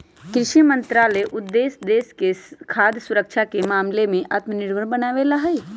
कृषि मंत्रालय के उद्देश्य देश के खाद्य सुरक्षा के मामला में आत्मनिर्भर बनावे ला हई